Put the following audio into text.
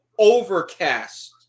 Overcast